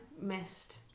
missed